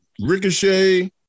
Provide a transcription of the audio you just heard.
Ricochet